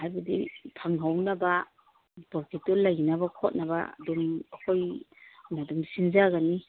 ꯍꯥꯏꯕꯗꯤ ꯐꯪꯍꯧꯅꯕ ꯄ꯭ꯔꯣꯐꯤꯠꯇꯣ ꯂꯩꯅꯕ ꯈꯣꯠꯅꯕ ꯑꯗꯨꯝ ꯑꯩꯈꯣꯏꯅ ꯑꯗꯨꯝ ꯁꯤꯟꯖꯒꯅꯤ